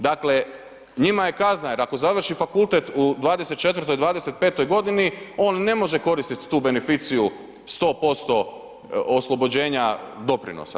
Dakle njima je kazna, jer ako završi fakultet u 24., 25. godini on ne može koristiti tu beneficiju 100% oslobođenja doprinosa.